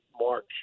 March